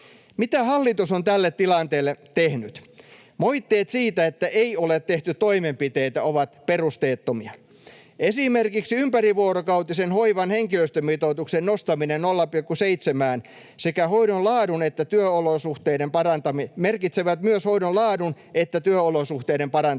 Mitä hallitus on tälle tilanteelle tehnyt? Moitteet siitä, että ei ole tehty toimenpiteitä, ovat perusteettomia. Esimerkiksi ympärivuorokautisen hoivan henkilöstömitoituksen nostaminen 0,7:ään merkitsee myös hoidon laadun ja työolosuhteiden parantamista.